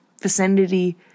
vicinity